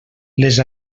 les